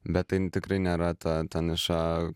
bet tai tikrai nėra ta ta niša